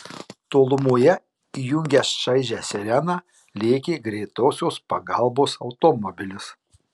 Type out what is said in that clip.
tolumoje įjungęs šaižią sireną lėkė greitosios pagalbos automobilis